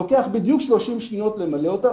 לוקח בדיוק 30 שניות למלא אותה,